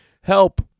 help